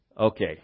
Okay